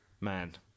man